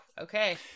Okay